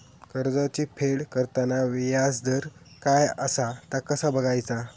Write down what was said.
कर्जाचा फेड करताना याजदर काय असा ता कसा बगायचा?